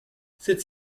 cette